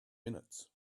minutes